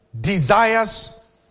desires